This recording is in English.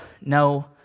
no